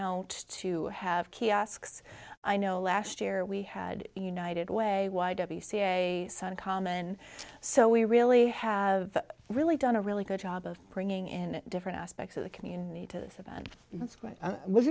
out to have kiosks i know last year we had united way y w c a son common so we really have really done a really good job of bringing in different aspects of the